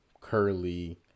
curly